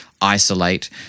isolate